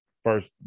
First